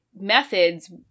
methods